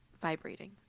vibrating